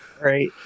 Right